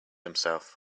himself